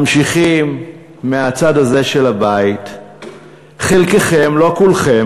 ממשיכים מהצד הזה של הבית חלקכם לא כולכם,